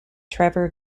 trevor